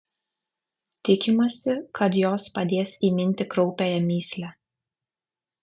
tikimasi kad jos padės įminti kraupiąją mįslę